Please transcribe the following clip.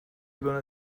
gonna